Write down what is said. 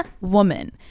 woman